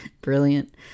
Brilliant